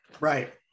right